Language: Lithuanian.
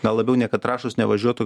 gal labiau ne kad trąšos nevažiuotų